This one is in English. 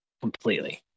completely